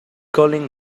colin